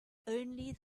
only